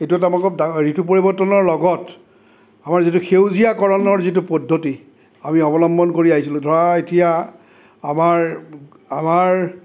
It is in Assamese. এইটো এটা আমাৰ ঋতু পৰিৱৰ্তনৰ লগত আমাৰ যিটো সেউজীয়াকৰণৰ যিটো পদ্ধতি আমি অৱলম্বন কৰি আহিছিলোঁ ধৰা এতিয়া আমাৰ আমাৰ